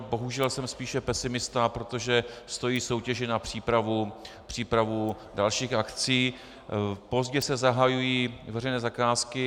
Bohužel jsem spíše pesimista, protože stojí soutěže na přípravu dalších akcí, pozdě se zahajují veřejné zakázky.